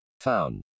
Found